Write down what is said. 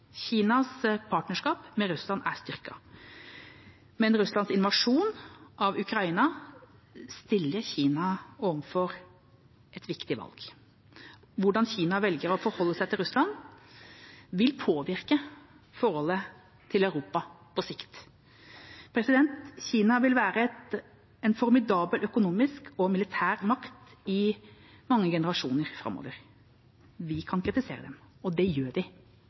Kinas partnerskap med Russland er styrket, men Russlands invasjon av Ukraina stiller Kina overfor et viktig valg. Hvordan Kina velger å forholde seg til Russland, vil påvirke forholdet til Europa på sikt. Kina vil være en formidabel økonomisk og militær makt i mange generasjoner framover. Vi kan kritisere dem, og det gjør